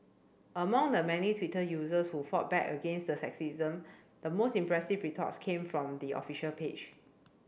among the many Twitter users who fought back against the sexism the most impressive retorts came from the official page